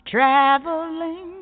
Traveling